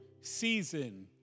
season